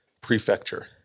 prefecture